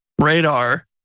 Radar